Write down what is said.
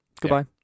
goodbye